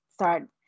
Start